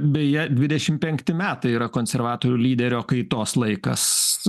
beje dvidešim penkti metai yra konservatorių lyderio kaitos laikas